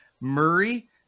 Murray